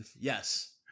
Yes